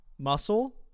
Muscle